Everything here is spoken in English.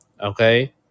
okay